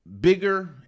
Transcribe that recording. bigger